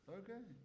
okay